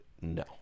no